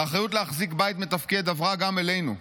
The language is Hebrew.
האחריות להחזיק בית מתפקד עברה גם אלינו.